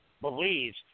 believes